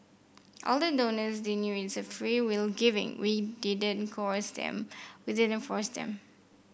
all the donors they knew it's a freewill giving we didn't coerce them we didn't force them